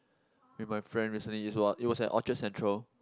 with my friends recently it was it was at Orchard-Central